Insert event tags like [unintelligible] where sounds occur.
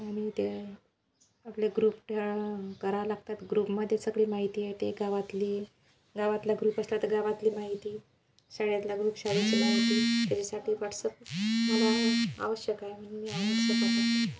आणि त्या आपल्या ग्रुप या करावं लागतात ग्रुपमध्ये सगळी माहिती येते गावातली गावातला ग्रुप असला तर गावातली माहिती शाळेतला ग्रुप शाळेची माहिती त्याच्यासाठी वॉट्सप मला आवश्यक आहे म्हणून मी आवश्यक [unintelligible]